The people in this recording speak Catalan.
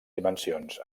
dimensions